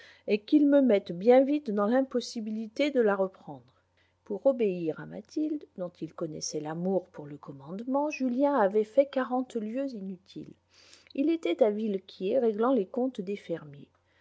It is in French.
et qu'il me mette bien vite dans l'impossibilité de la reprendre pour obéir à mathilde dont il connaissait l'amour pour le commandement julien avait fait quarante lieues inutiles il était à villequier réglant les comptes des fermiers